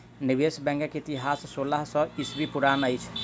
निवेश बैंकक इतिहास सोलह सौ ईस्वी पुरान अछि